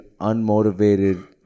unmotivated